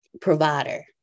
Provider